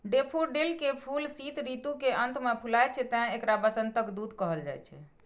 daffodil के फूल शीत ऋतु के अंत मे फुलाय छै, तें एकरा वसंतक दूत कहल जाइ छै